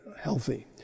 healthy